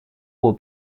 will